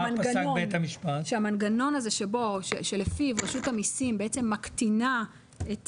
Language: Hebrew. המנגנון שלפיו רשות המסים מקטינה את